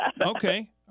Okay